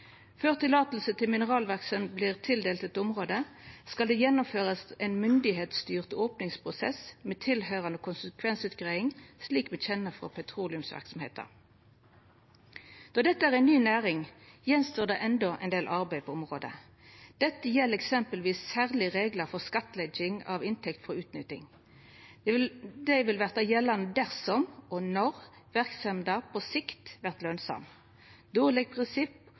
Før tillating til mineralverksemd vert tildelt i eit område, skal det gjennomførast ein myndigheitsstyrt opningsprosess med tilhøyrande konsekvensutgreiing, slik me kjenner frå petroleumsverksemda. Då dette er ei ny næring, står det enno att ein del arbeid på området. Dette gjeld eksempelvis særlege reglar for skattlegging av inntekter frå utnytting. Dei vil verta gjeldande dersom og når verksemda på sikt vert